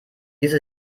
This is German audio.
ließe